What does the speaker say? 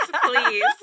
please